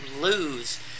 lose